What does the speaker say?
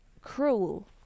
cruel